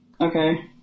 Okay